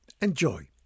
Enjoy